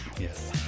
Yes